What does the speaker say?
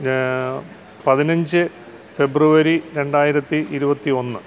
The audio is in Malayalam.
പതിനഞ്ച് ഫെബ്രുവരി രണ്ടായിരത്തി ഇരുപത്തി ഒന്ന്